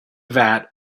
vat